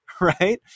Right